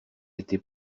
été